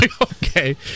okay